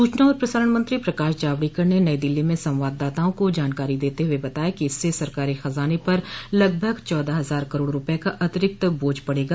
सूचना और प्रसारण मंत्री प्रकाश जावड़ेकर ने नई दिल्ली में संवाददाताओं को जानकारी देते हुए बताया कि इससे सरकारी खजाने पर लगभग चौदह हजार करोड़ रूपये का अतिरिक्त बोझ पड़ेगा